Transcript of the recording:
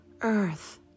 Earth